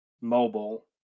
mobile